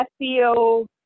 SEO